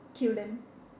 kill them